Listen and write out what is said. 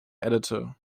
editor